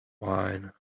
wine